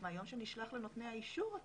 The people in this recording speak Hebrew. זה מהיום שהתצהיר נשלח לנותני האישור.